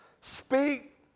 Speak